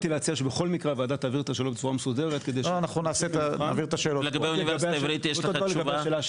לגבי האוניברסיטה העברית יש לך תשובה?